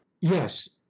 Yes